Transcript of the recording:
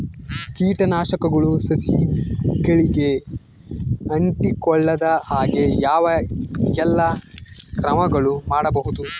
ಕೇಟನಾಶಕಗಳು ಸಸಿಗಳಿಗೆ ಅಂಟಿಕೊಳ್ಳದ ಹಾಗೆ ಯಾವ ಎಲ್ಲಾ ಕ್ರಮಗಳು ಮಾಡಬಹುದು?